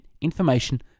information